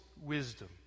wisdom